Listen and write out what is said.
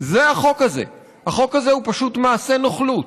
זה החוק הזה, החוק הזה הוא פשוט מעשה נוכלות,